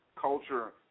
culture